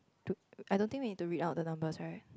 to I don't think we need to read out the numbers right